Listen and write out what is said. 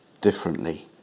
differently